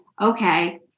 okay